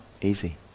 easy